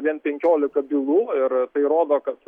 vien penkiolika bylų ir tai rodo kad